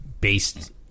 based